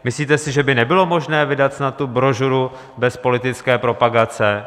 Myslíte snad, že by nebylo možné vydat snad tu brožuru bez politické propagace?